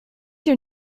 your